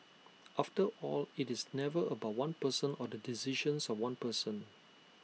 after all IT is never about one person or the decisions of one person